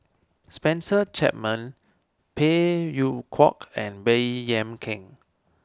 Spencer Chapman Phey Yew Kok and Baey Yam Keng